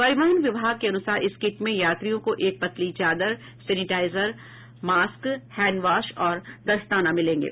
परिवहन विभाग के अनुसार इस किट में यात्रियों को एक पतली चादर सेनेटाइजर मास्क हैंडवॉश और दस्ताना मिलेंगे